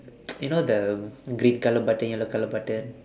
you know the green colour button yellow colour button